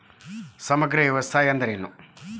ಸಮಗ್ರ ವ್ಯವಸಾಯ ಅಂದ್ರ ಏನು?